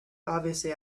obviously